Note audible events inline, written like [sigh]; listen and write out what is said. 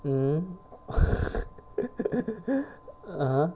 mmhmm [laughs] (uh huh)